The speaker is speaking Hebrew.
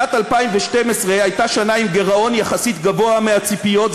שנת 2012 הייתה שנה עם גירעון יחסית גבוה מהציפיות,